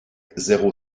zéro